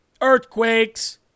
earthquakes